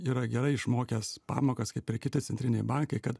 yra gerai išmokęs pamokas kaip ir kiti centriniai bankai kad